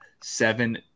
seven